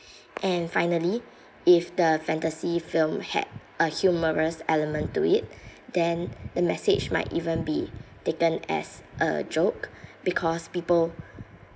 and finally if the fantasy film had a humorous element to it then the message might even be taken as a joke because people